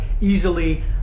easily